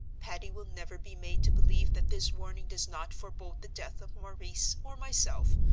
patty will never be made to believe that this warning does not forebode the death of maurice or myself,